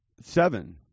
Seven